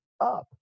up